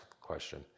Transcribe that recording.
question